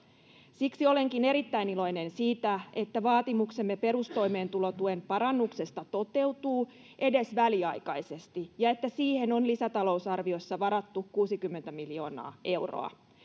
siksi olenkin erittäin iloinen siitä että vaatimuksemme perustoimeentulotuen parannuksesta toteutuu edes väliaikaisesti ja että siihen on lisätalousarviossa varattu kuusikymmentä miljoonaa euroa